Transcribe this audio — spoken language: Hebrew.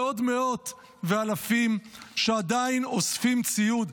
ועוד מאות ואלפים עדיין אוספים ציוד.